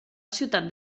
ciutat